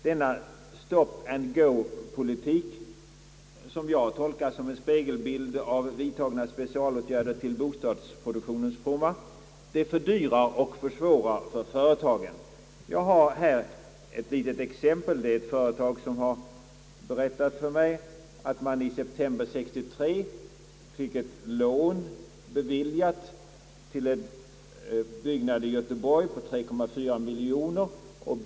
Denna »stop and gopolitik», som jag tolkar som en spegelbild av vidtagna specialåtgärder till bostadsproduktionens fromma, fördyrar och försvårar för företagen. Jag vill här ge ett exempel på den saken. Det har berättats för mig att ett företag i september 1963 beviljades ett lån på 3,4 miljoner kronor till en byggnad i Göteborg.